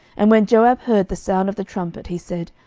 and when joab heard the sound of the trumpet, he said,